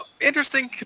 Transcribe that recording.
interesting